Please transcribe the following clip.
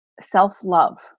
self-love